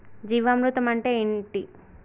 జీవామృతం అంటే ఏంటి?